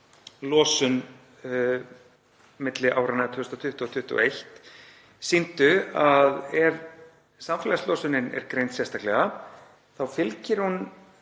losun milli áranna 2020 og 2021 sýndu að ef samfélagslosunin er greind sérstaklega þá er að